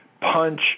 punch